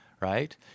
right